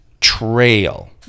trail